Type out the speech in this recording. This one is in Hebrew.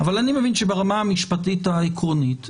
אבל אני מבין שברמה המשפטית העקרונית,